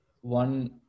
one